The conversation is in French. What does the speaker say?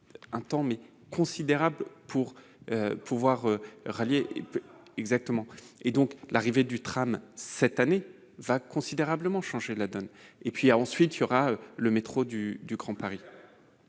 un temps considérable. Au moins deux heures ! L'arrivée du tram cette année va considérablement changer la donne. Et il y aura le métro du Grand Paris.